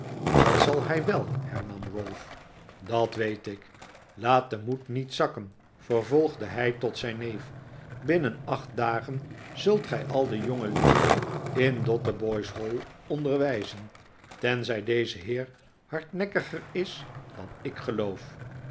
dat zal hij wel hernam ralph dat weet ik laat den moed niet zakken vervolgde hij tot zijn neef binnen acht dagen zult gij al de jonge edellieden in dotheboys hall onderwijzen tenzij deze heer hardnekkiger is dan ik geloof